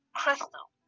crystal